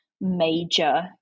major